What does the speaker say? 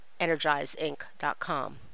energizeinc.com